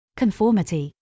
conformity